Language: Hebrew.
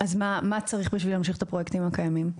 אז מה צריך כדי להמשיך את הפרויקטים הקיימים?